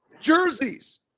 jerseys